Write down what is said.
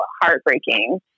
heartbreaking